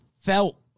felt